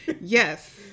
yes